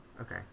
Okay